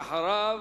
ואחריו,